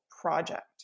project